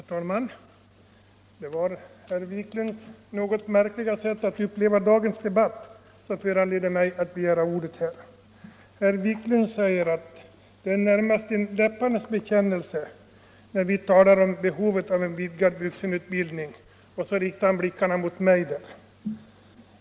Herr talman! Det var herr Wiklunds något märkliga sätt att uppfatta dagens debatt som föranledde mig att begära ordet. Herr Wiklund säger att det närmast är en läpparnas bekännelse när - Nr 83 vi talar om behovet av en vidgad vuxenutbildning, och så riktar han Tisdagen den blicken mot mig.